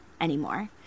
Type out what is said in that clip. anymore